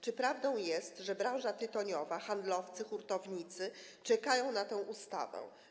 Czy prawdą jest, że branża tytoniowa - handlowcy, hurtownicy, czeka na tę ustawę?